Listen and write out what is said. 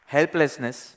Helplessness